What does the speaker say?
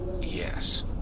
Yes